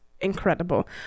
incredible